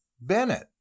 Bennett